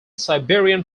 siberian